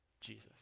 Jesus